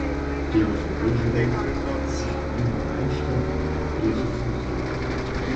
tėvas ilgai žiūrėjo į įspūdingą aikštę priešais muziejų